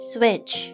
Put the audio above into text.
Switch